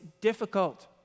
difficult